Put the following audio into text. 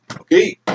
Okay